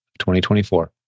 2024